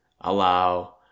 Allow